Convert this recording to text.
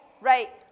Right